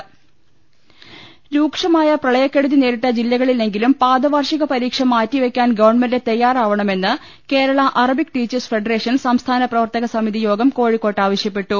രുട്ട്ട്ട്ട്ട്ട്ട്ട്ട രൂക്ഷമായ പ്രളയകെടുതി നേരിട്ടു ജില്ലകളിലെങ്കിലും പാദ വാർഷിക പ രീക്ഷ മാറ്റിവെക്കാൻ ഗവൺമെന്റ് തയ്യാറാവണമെന്ന് Kerala Arabic teachers federation സംസ്ഥാന പ്രവർത്തക സമിതി യോഗം കോഴിക്കോട്ട് ആവശ്യപ്പെട്ടു